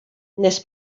nes